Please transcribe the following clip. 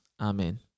Amen